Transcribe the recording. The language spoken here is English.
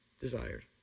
desired